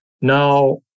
Now